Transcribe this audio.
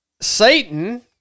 Satan